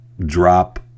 drop